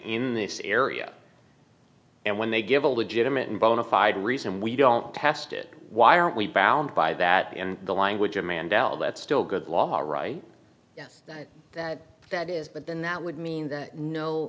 in this area and when they give a legitimate and bonafide reason we don't pass it why don't we bound by that and the language of mandela that's still good law right that that is but then that would mean that no